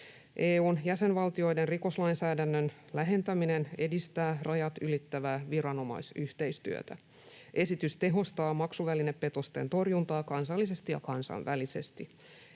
EU:n jäsenvaltioiden rikoslainsäädännön lähentäminen edistää rajat ylittävää viranomaisyhteistyötä. Esitys tehostaa maksuvälinepetosten torjuntaa kansallisesti ja kansainvälisesti.